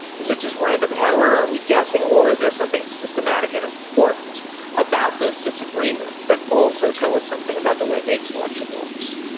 is it just random error? are we guessing or is there something systematic and important about those disagreements that also tell us something about the way mate selection works?